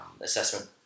assessment